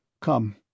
Come